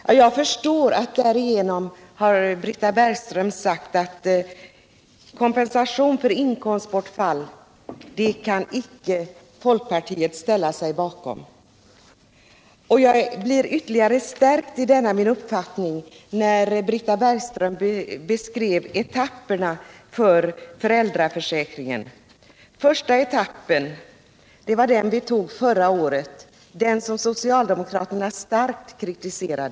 Som jag förstår det har Britta Bergström därigenom sagt att kompensation för inkomstbortfall kan folkpartiet icke ställa sig bakom. Jag blev ytterligare stärkt i denna min uppfattning när Britta Bergström beskrev etapperna för föräldraförsäkringens utbyggnad. Första etappen var den vi tog förra året, den som socialdemokraterna starkt kritiserade.